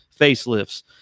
facelifts